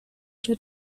der